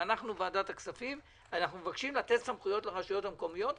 בוועדת הכספים מבקשים לתת סמכויות לרשויות המקומיות,